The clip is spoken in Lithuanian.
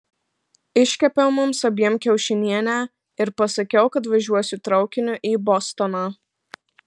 iškepiau mums abiem kiaušinienę ir pasakiau kad važiuosiu traukiniu į bostoną